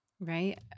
Right